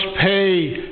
pay